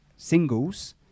singles